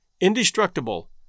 INDESTRUCTIBLE